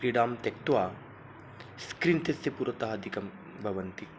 क्रीडां त्यक्त्वा स्क्रीन्त्यस्य पुरतः अधिकं भवन्ति